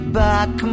back